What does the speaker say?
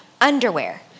underwear